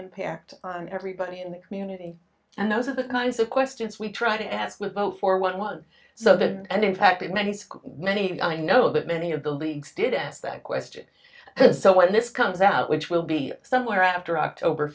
impact on everybody in the community and those are the kinds of questions we try to ask with both for one so that and in fact in many many i know that many of the leagues did ask that question so when this comes out which will be somewhere after october